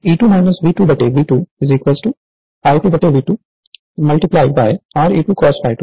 Refer Slide Time 0154 तो E2 V2 V2 I2 V2 multiply Re2 cos ∅2 Xe2 sin∅2 होगा